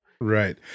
Right